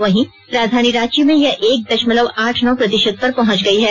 वहीं राजधानी रांची में यह एक दशमलव आठ नौ प्रतिशत पर पहंच गई है